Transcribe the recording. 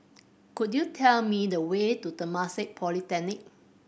could you tell me the way to Temasek Polytechnic